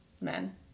men